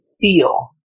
feel